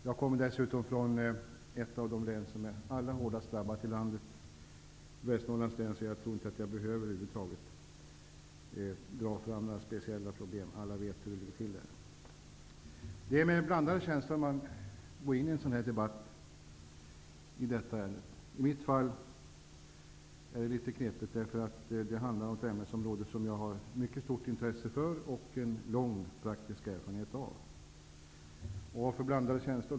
Jag kommer dessutom från ett av de län som är allra hårdast drabbade i landet, Västernorrlands län, så jag tror inte att jag över huvud taget behöver dra fram några speciella problem. Alla vet hur det ligger till där. Det är med blandade känslor jag går in i debatten i detta ärende. I mitt fall är det litet knepigt, för det handlar om ett ämnesområde som jag har stort intresse för och lång praktisk erfarenhet av. Varför då blandade känslor?